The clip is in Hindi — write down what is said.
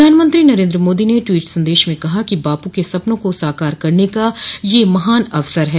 प्रधानमंत्री नरेंद्र मोदी ने ट्वीट संदेश में कहा कि बापू के सपनों को साकार करने का यह महान अवसर है